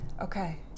okay